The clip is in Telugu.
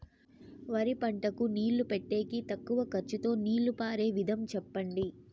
వరి పంటకు నీళ్లు పెట్టేకి తక్కువ ఖర్చుతో నీళ్లు పారే విధం చెప్పండి?